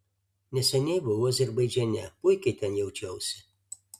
neseniai buvau azerbaidžane puikiai ten jaučiausi